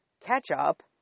ketchup